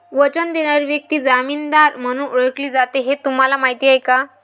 वचन देणारी व्यक्ती जामीनदार म्हणून ओळखली जाते हे तुम्हाला माहीत आहे का?